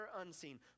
unseen